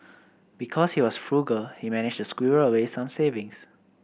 because he was frugal he managed to squirrel away some savings